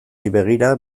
begira